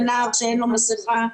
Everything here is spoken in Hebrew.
לנער שאין לו מסיכה.